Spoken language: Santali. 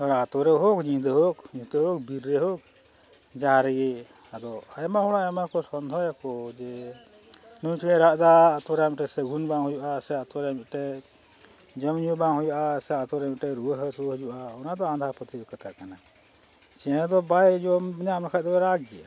ᱟᱛᱳᱨᱮ ᱦᱳᱠ ᱧᱤᱫᱟᱹ ᱦᱳᱠ ᱧᱩᱛᱟᱹ ᱦᱳᱠ ᱵᱤᱨ ᱨᱮ ᱦᱳᱠ ᱡᱟᱦᱟᱸ ᱨᱮᱜᱮ ᱟᱫᱚ ᱟᱭᱢᱟ ᱦᱚᱲᱟᱜ ᱟᱭᱢᱟ ᱠᱚ ᱥᱚᱱᱫᱮᱦᱚᱭᱟᱠᱚ ᱡᱮ ᱱᱩᱭ ᱪᱮᱬᱮ ᱨᱟᱜ ᱫᱟᱭ ᱟᱛᱳᱨᱮ ᱢᱤᱫᱴᱮᱱ ᱥᱟᱹᱜᱩᱱ ᱵᱟᱝ ᱦᱩᱭᱩᱜᱼᱟ ᱥᱮ ᱟᱛᱳᱨᱮ ᱢᱤᱫᱴᱮᱱ ᱡᱚᱢ ᱧᱩ ᱵᱟᱝ ᱦᱩᱭᱩᱜᱼᱟ ᱥᱮ ᱟᱛᱳᱨᱮ ᱢᱤᱫᱴᱮᱱ ᱨᱩᱣᱟᱹ ᱦᱟᱹᱥᱩ ᱦᱩᱭᱩᱜᱼᱟ ᱚᱱᱟ ᱫᱚ ᱟᱸᱫᱷᱟ ᱯᱟᱹᱛᱭᱟᱹᱣ ᱠᱟᱛᱷᱟ ᱠᱟᱱᱟ ᱪᱮᱬᱮ ᱫᱚ ᱵᱟᱭ ᱡᱚᱢ ᱧᱟᱢ ᱞᱮᱠᱷᱟᱱ ᱫᱚ ᱨᱟᱜᱽ ᱜᱮᱭᱟ